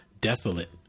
desolate